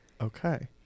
Okay